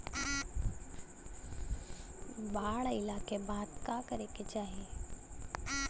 बाढ़ आइला के बाद का करे के चाही?